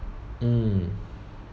mm